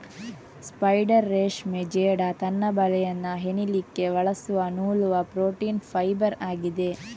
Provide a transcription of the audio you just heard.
spider ರೇಷ್ಮೆ ಜೇಡ ತನ್ನ ಬಲೆಯನ್ನ ಹೆಣಿಲಿಕ್ಕೆ ಬಳಸುವ ನೂಲುವ ಪ್ರೋಟೀನ್ ಫೈಬರ್ ಆಗಿದೆ